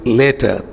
later